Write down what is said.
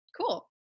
Cool